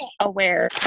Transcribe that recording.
aware